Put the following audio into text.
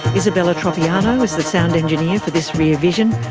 isabella tropiano is the sound engineer for this rear vision.